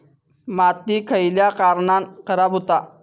माती खयल्या कारणान खराब हुता?